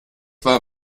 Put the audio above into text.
war